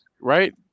Right